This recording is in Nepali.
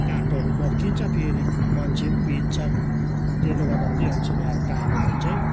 काठहरू मकिन्छ फेरि मान्छे पनि भिज्छ त्यसले गर्दा एमसिल ल्याएर टाल्यो भने चाहिँ